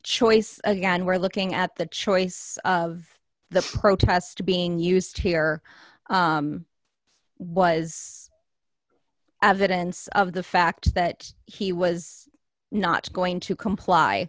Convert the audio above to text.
choice again we're looking at the choice of the protest being used here was evidence of the fact that he was not going to comply